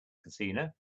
casino